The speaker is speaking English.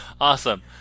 Awesome